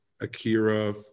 Akira